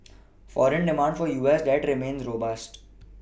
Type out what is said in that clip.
foreign demand for U S debt remains robust